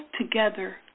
together